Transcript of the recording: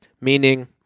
Meaning